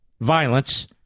violence